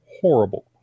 horrible